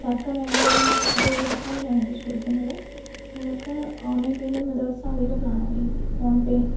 തര്ക്കം വേണ്ടല്ലോ എന്ന് അതൊഴിവാക്കാന് വേണ്ടിയാണ് ഞാനിപ്പം ചോദിക്കുന്നത് നിങ്ങൾക്ക് ഓണ്ലൈന് പേയ്മെന്റ് മെത്തേഡ് അവൈലബിൾ ആണോ ഈ ഫോണ് പേ